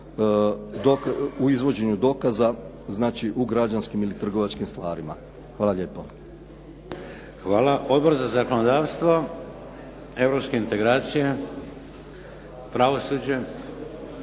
u izvođenju dokaza u građanskim ili trgovačkim stvarima. Hvala lijepo. **Šeks, Vladimir (HDZ)** Hvala. Odbor za zakonodavstvo, europske integracije, pravosuđe.